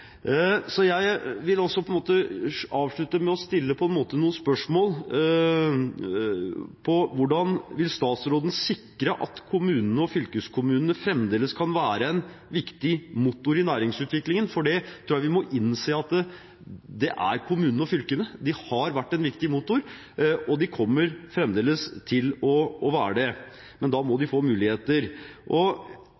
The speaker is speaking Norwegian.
Jeg vil avslutte med å stille noen spørsmål: Hvordan vil statsråden sikre at kommunene og fylkeskommunene fremdeles kan være en viktig motor i næringsutviklingen? Jeg tror vi må innse at kommunene og fylkene har vært en viktig motor, og de kommer fremdeles til å være det, men da må de